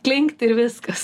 klinkt ir viskas